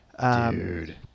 dude